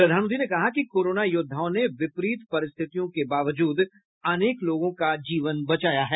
प्रधानमंत्री ने कहा कि कोरोना योद्धाओं ने विपरीत परिस्थितियों के बावजूद अनेक लोगों का जीवन बचाया है